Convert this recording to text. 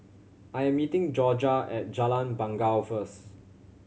I am meeting Jorja at Jalan Bangau first